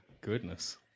Goodness